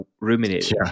ruminating